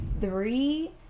three